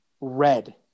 red